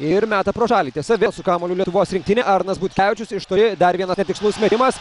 ir meta pro šalį tiesa vėl su kamuoliu lietuvos rinktinė arnas butkevičius iš toli dar vienas netikslus metimas